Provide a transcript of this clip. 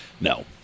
No